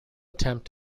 attempt